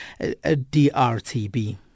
DRTB